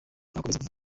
akomeza